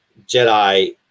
Jedi